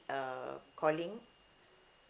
err calling